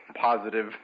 positive